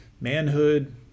manhood